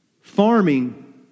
Farming